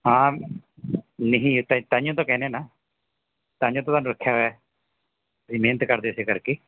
ਹਾਂ ਨਹੀਂ ਇਸ ਤਾ ਤਾਹੀਂਓ ਤਾਂ ਕਹਿੰਦੇ ਨਾ ਤਾਹੀਂਓ ਤਾਂ ਤੁਹਾਨੂੰ ਰੱਖਿਆ ਹੋਇਆ ਤੁਸੀਂ ਮਿਹਨਤ ਕਰਦੇ ਇਸੇ ਕਰਕੇ